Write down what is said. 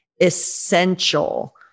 essential